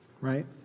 right